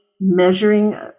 measuring